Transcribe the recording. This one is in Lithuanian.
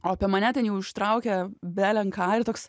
o apie mane ten jau ištraukė belenką ir toks